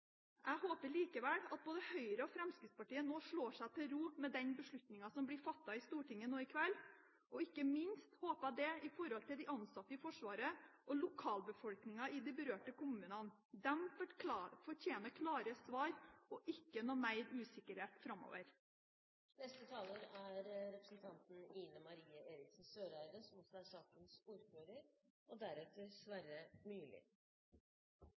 Jeg håper likevel at både Høyre og Fremskrittspartiet nå slår seg til ro med den beslutningen som blir fattet i Stortinget nå i kveld. Ikke minst håper jeg det med tanke på de ansatte i Forsvaret og lokalbefolkningen i de berørte kommunene. De fortjener klare svar og ikke noe mer usikkerhet framover. Jeg registrerte i representanten Myrlis innlegg at forsvarspolitikk ikke skulle være distriktspolitikk. Likevel er det altså representanter for regjeringspartiene som går på talerstolen her i dag og er